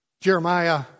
Jeremiah